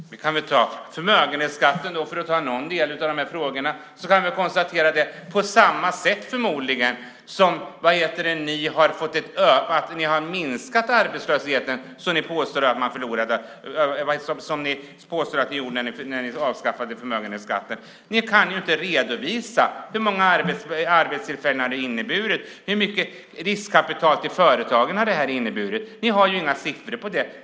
Fru talman! När det gäller förmögenhetsskatten, för att ta någon av frågorna, är det förmodligen på samma sätt som ni har minskat arbetslösheten, som ni påstår att ni gjorde när ni avskaffade förmögenhetsskatten. Ni kan ju inte redovisa hur många arbetstillfällen det har inneburit och hur mycket riskkapital till företagen det har inneburit. Ni har inga siffror på det.